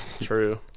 True